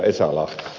esa lahtela